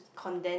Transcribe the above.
condense